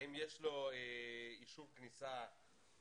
האם יש לו אישור כניסה לארץ?